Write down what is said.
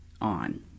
on